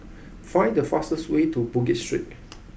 find the fastest way to Bugis Street